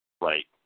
Right